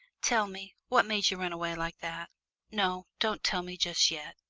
tell me, what made you run away like that no, don't tell me just yet.